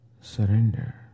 surrender